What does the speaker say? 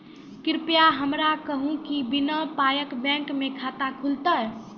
कृपया हमरा कहू कि बिना पायक बैंक मे खाता खुलतै?